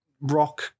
rock